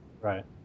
Right